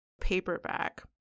paperback